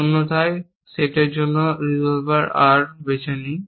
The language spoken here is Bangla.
অন্যথায় সেটের জন্য রিসোভার R বেছে নিন